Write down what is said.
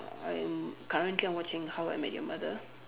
I'm currently I'm watching how I met your mother